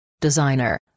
designer